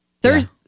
Thursday